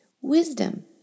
Wisdom